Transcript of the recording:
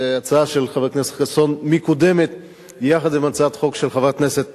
ההצעה של חבר הכנסת חסון מקודמת יחד עם הצעת החוק של חברת הכנסת